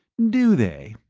do they?